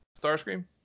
Starscream